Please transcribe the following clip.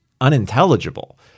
unintelligible